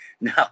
no